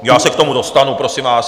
Já se k tomu dostanu, prosím vás...